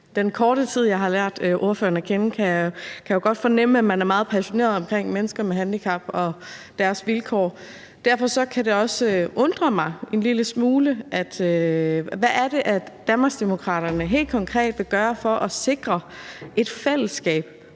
den korte tid, jeg har lært ordføreren at kende, kan jeg jo godt fornemme, at man er meget passioneret omkring mennesker med handicap og deres vilkår, og derfor vil jeg spørge, hvad det er, Danmarksdemokraterne helt konkret vil gøre for at sikre et fællesskab